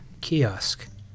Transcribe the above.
kiosk